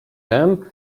wiem